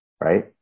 right